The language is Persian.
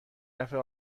دفعه